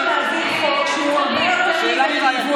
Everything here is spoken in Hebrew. אנחנו מבקשות להעביר חוק שהוא הרבה יותר מידתי